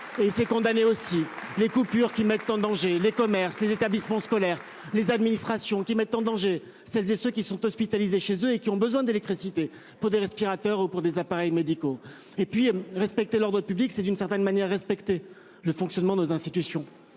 et c'est condamner aussi les coupures qui mettent en danger les commerces, les établissements scolaires. Les administrations qui mettent en danger. Celles et ceux qui sont hospitalisés chez eux et qui ont besoin d'électricité pour des respirateurs au pour des appareils médicaux et puis respecter l'ordre public c'est d'une certaine manière respecter le fonctionnement de nos institutions.